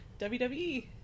WWE